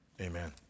Amen